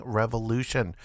revolution